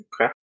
okay